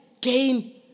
gain